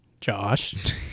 Josh